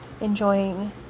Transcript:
enjoying